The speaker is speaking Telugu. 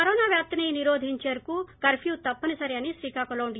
కరోనా వ్యాప్తిని నిరోధించేందుకు కర్ప్నూ తప్పనిసరి అని శ్రీకాకుళం డి